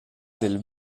del